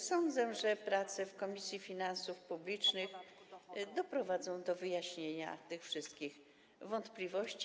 Sądzę, że prace w Komisji Finansów Publicznych doprowadzą do wyjaśnienia tych wszystkich wątpliwości.